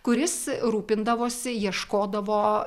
kuris rūpindavosi ieškodavo